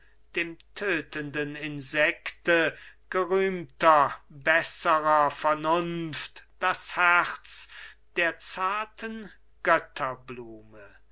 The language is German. dem tötenden insekte gerühmter besserer vernunft das herz der zarten